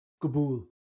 Kabul